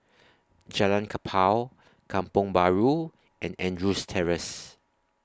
Jalan Kapal Kampong Bahru and Andrews Terrace